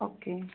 okay